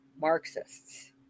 Marxists